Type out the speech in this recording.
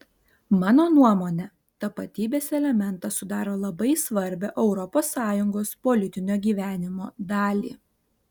mano nuomone tapatybės elementas sudaro labai svarbią europos sąjungos politinio gyvenimo dalį